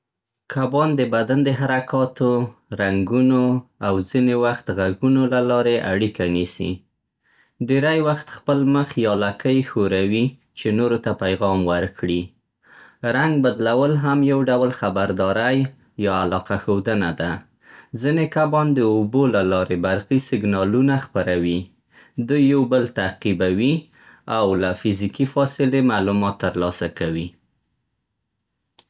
کبان د بدن د حرکاتو، رنګونو، او ځینې وخت غږونو له لارې اړیکه نیسي. ډېری وخت خپل مخ یا لکۍ ښوروي چې نورو ته پیغام ورکړي. رنګ بدلول هم یو ډول خبرداری یا علاقه ښودنه ده. ځینې کبان د اوبو له لارې برقي سیګنالونه خپروي. دوی یو بل تعقیبوي او له فزیکي فاصلې معلومات ترلاسه کوي.